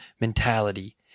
mentality